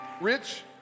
Rich